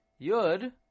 Yud